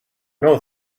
know